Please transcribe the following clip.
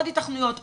עוד היתכנויות,